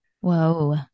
Whoa